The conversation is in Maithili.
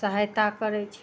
सहायता करय छै